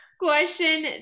Question